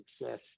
success